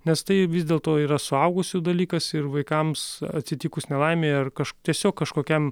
nes tai vis dėlto yra suaugusių dalykas ir vaikams atsitikus nelaimei ar kaž tiesiog kažkokiam